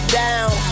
down